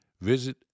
visit